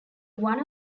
one